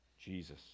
Jesus